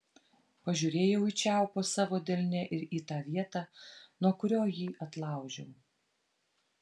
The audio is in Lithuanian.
pažiūrėjau į čiaupą savo delne ir į tą vietą nuo kurio jį atlaužiau